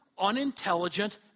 unintelligent